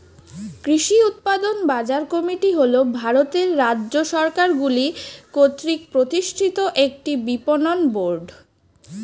কৃষি উৎপাদন বাজার কমিটি হল ভারতের রাজ্য সরকারগুলি কর্তৃক প্রতিষ্ঠিত একটি বিপণন বোর্ড